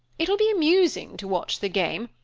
it will be amusing to watch the game,